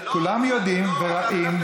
כולם יודעים ורואים,